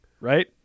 right